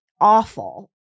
awful